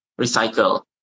recycle